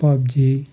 PUBG